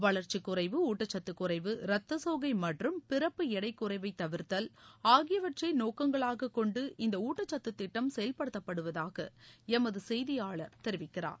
வளர்ச்சிக் குறைவு ஊட்டச்சத்துக் குறைவு ரத்தசோகை மற்றும் பிறப்பு எடைக் குறைவை தவிர்த்தல் ஆகியவற்றை நோக்கங்களாக கொண்டு இந்த ஊட்டசத்துத் திட்டம் செயல்படுத்தப்படுவதாக எமது செய்தியாளர் தெரிவிக்கிறார்